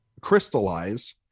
crystallize